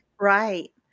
Right